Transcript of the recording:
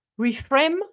reframe